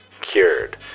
cured